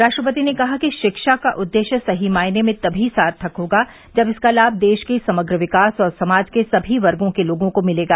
रा ट्रपति ने कहा कि शिक्षा का उददेश्य सही मायने में तभी सार्थक होगा जब इसका लाभ देश के समग्र विकास और समाज के सभी वर्गो के लोगों को मिलेगा